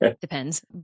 Depends